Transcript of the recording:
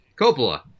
Coppola